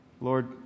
Lord